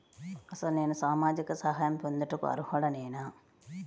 అసలు నేను సామాజిక సహాయం పొందుటకు అర్హుడనేన?